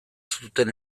zuten